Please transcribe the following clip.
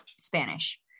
Spanish